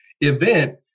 event